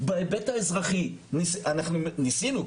בהיבט האזרחי אנחנו ניסינו,